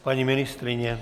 Paní ministryně?